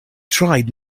tried